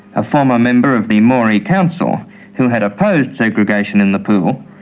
a former member of the moree council who had opposed segregation in the pool,